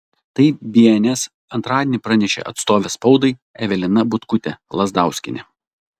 tai bns antradienį pranešė atstovė spaudai evelina butkutė lazdauskienė